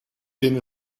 ben